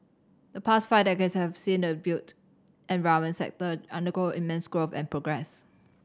the past five decades have seen the built environment sector undergo immense growth and progress